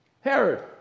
Herod